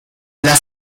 las